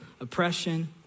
oppression